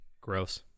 Gross